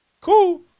Cool